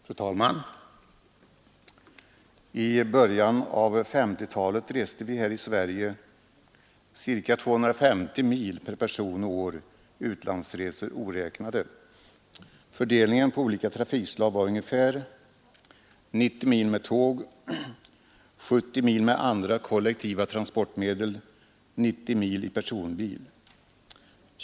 Fru talman! I början av 1950-talet reste vi här i Sverige ca 250 mil per person och år, utlandsresor oräknade. Fördelningen på olika trafikslag var ungefär: 90 mil med tåg, 70 mil med andra kollektiva transportmedel, 90 mil i personbil.